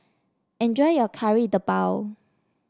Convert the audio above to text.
enjoy your Kari Debal